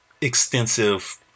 extensive